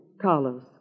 Carlos